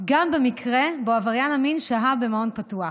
גם במקרה שעבריין המין שהה במעון פתוח.